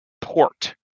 port